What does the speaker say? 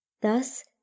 Thus